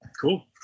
Cool